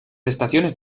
estaciones